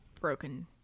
broken